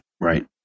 Right